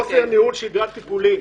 חוסר ניהול שגרת טיפולים.